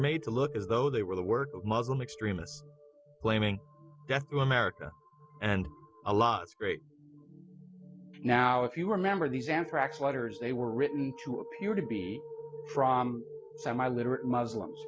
made to look as though they were the work of muslim extremists blaming america and a lot great now if you remember these anthrax letters they were written to appear to be from semi literate muslims